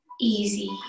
easy